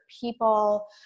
people